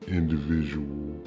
individual